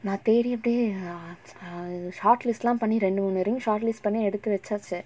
நா தேடிட்டே:naa thedittae ah err shortlist lah பண்ணி ரெண்டு மூனு:panni rendu moonu ring shortlist பண்ணி எடுத்து வச்சாச்சு:panni eduthu vachaachu